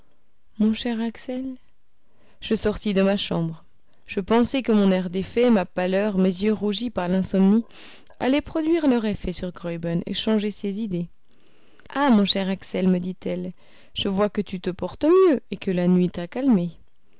mon cher axel je sortis de ma chambre je pensai que mon air défait ma pâleur mes yeux rougis par l'insomnie allaient produire leur effet sur graüben et changer ses idées ah mon cher axel me dit-elle je vois que tu te portes mieux et que la nuit t'a calmé